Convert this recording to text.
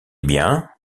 bien